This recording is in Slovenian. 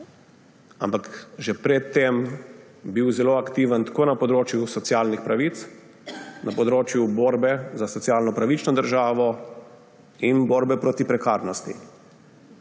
ampak že pred tem bil zelo aktiven tako na področju socialnih pravic, na področju borbe za socialno pravično državo in borbe proti prekarnosti.